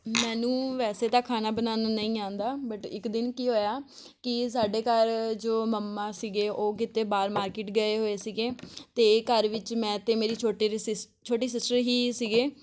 ਮੈਨੂੰ ਵੈਸੇ ਤਾਂ ਖਾਣਾ ਬਣਾਉਣਾ ਨਹੀਂ ਆਉਂਦਾ ਬਟ ਇੱਕ ਦਿਨ ਕੀ ਹੋਇਆ ਕਿ ਸਾਡੇ ਘਰ ਜੋ ਮੰਮਾ ਸੀਗੇ ਉਹ ਕਿਤੇ ਬਾਹਰ ਮਾਰਕੀਟ ਗਏ ਹੋਏ ਸੀਗੇ ਅਤੇ ਘਰ ਵਿੱਚ ਮੈਂ ਅਤੇ ਮੇਰੀ ਛੋਟੇ ਰਿਸਿਸਟ ਛੋਟੀ ਸਿਸਟਰ ਹੀ ਸੀਗੇ